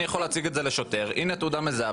אני יכול להציג את זה לשוטר: הינה תעודה מזהה,